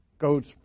goes